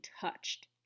touched